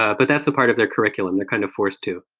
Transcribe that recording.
ah but that's a part of their curriculum. they're kind of forced to.